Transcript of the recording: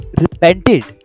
repented